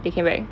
they came back